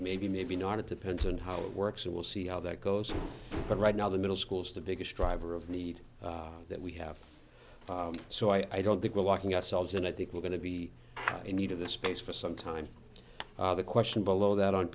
maybe maybe not it depends on how it works and we'll see how that goes but right now the middle schools the biggest driver of need that we have so i don't think we're locking ourselves in i think we're going to be in need of this space for some time the question below that on